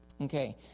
Okay